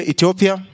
Ethiopia